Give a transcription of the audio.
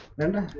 and